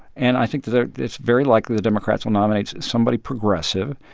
and i think that it's very likely the democrats will nominate somebody progressive,